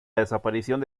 desaparición